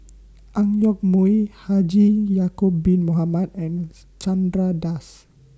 Ang Yoke Mooi Haji Ya'Acob Bin Mohamed and Chandra Das